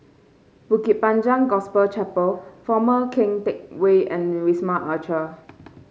Bukit Panjang Gospel Chapel Former Keng Teck Whay and Wisma Atria